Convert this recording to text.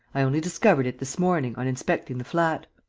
i only discovered it this morning, on inspecting the flat.